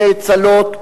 נאצלות,